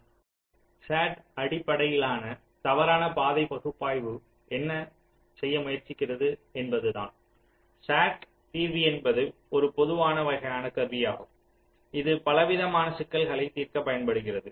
எனவே SAT அடிப்படையிலான தவறான பாதை பகுப்பாய்வு என்ன செய்ய முயற்சிக்கிறது என்பதுதான் SAT தீர்வி என்பது ஒரு பொதுவான வகையான கருவியாகும் இது பலவிதமான சிக்கல்களைத் தீர்க்கப் பயன்படுகிறது